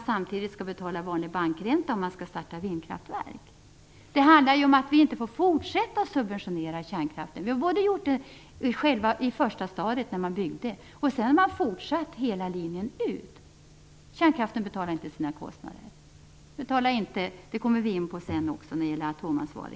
Samtidigt skall man betala vanlig bankränta om man skall starta vindkraftverk. Det handlar om att vi inte får fortsätta att subventionera kärnkraften. Man gjorde det i första stadiet när kärnkraftverken byggdes och sedan har man fortsatt hela linjen ut. Kärnkraften betalar inte sina kostnader. Detta kommer vi också in på när det gäller frågan om atomansvar.